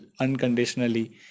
unconditionally